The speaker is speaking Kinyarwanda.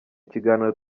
kiganiro